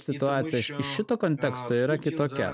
situacija iš šito konteksto yra kitokia